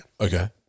okay